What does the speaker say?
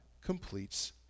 completes